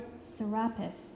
Serapis